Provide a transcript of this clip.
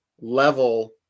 level